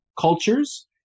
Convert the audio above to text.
cultures